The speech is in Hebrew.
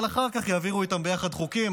אבל אחר כך יעבירו איתם ביחד חוקים,